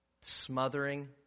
smothering